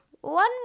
One